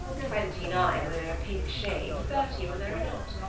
twenty-nine when there are pink shades, thirty when there are not.